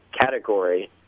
category